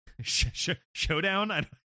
showdown